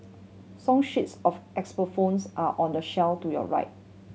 song sheets of xylophones are on the shelf to your right